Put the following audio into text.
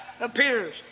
appears